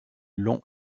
long